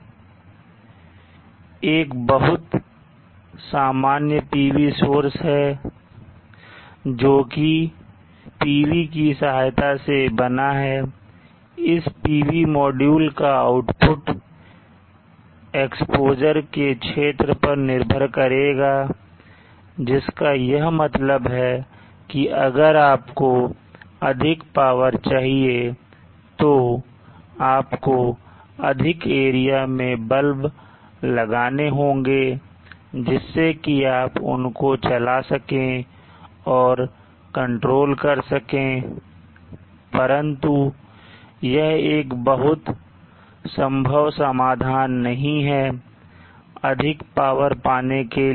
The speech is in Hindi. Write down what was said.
विवाह एक बहुत सामान्य PV सोर्स है जोकि PV की सहायता से बना है इस PV मॉड्यूल का आउटपुट एक्स्पोज़र के क्षेत्र पर निर्भर करेगा जिसका यह मतलब है की अगर आपको अधिक पावर चाहिए तो आपको अधिक एरिया में बल्ब लगाने होंगे जिससे कि आप उनको चला सके और कंट्रोल कर सके परंतु यह एक बहुत संभव समाधान नहीं है अधिक पावर पाने के लिए